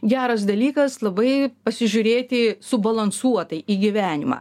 geras dalykas labai pasižiūrėti subalansuotai į gyvenimą